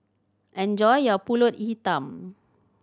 enjoy your Pulut Hitam